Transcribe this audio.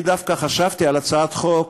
אני דווקא חשבתי על הצעת חוק,